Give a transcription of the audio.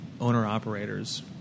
owner-operators